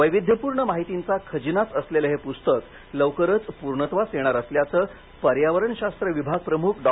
वैविध्यपूर्ण माहितींचा खजिनाच असलेले हे पुस्तक लवकरच पूर्णत्वास येणार असल्याचं पर्यावरणशास्त्र विभागप्रमुख डॉ